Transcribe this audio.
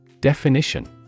Definition